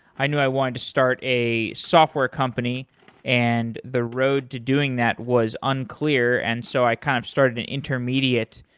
i knew i want to start a software company and the road to doing that was unclear, and so i kind of started an intermediate,